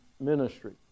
ministry